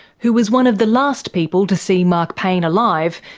who was one of the last people to see mark payne alive,